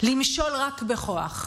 למשול רק בכוח.